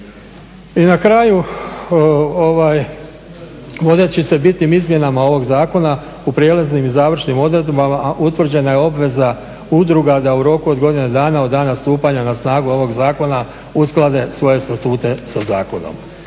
I na kraju, vodeći se bitnim izmjenama ovog zakona u prijelaznim i završnim odredbama, a utvrđena je obveza udruga da u roku od godine dana od dana stupanja na snagu ovog zakona usklade svoje statute sa zakonom.